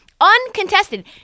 Uncontested